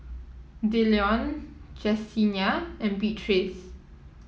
Dillon Jessenia and Beatrice